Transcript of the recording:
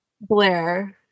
Blair